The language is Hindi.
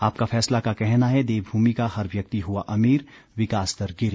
आपका फैसला का कहना है देवभूमि का हर व्यक्ति हुआ अमीर विकास दर गिरी